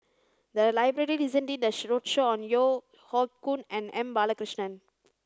the library recently did a roadshow on Yeo Hoe Koon and M Balakrishnan